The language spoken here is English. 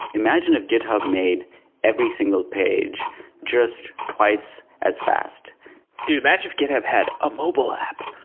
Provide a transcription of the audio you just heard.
imagine if github made every single page just twice as fast dude, imagine if github had a mobile app